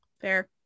fair